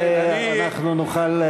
ואנחנו נוכל,